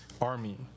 army